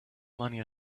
money